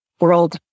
world